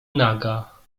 naga